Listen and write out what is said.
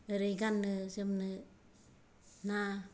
ओरै गाननो जोमनो ना